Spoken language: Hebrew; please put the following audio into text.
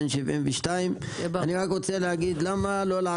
בן 72. אני מבקש לשאול: למה עד שלא מגיעים